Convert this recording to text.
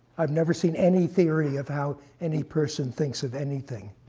i've never seen any theory of how any person thinks of anything.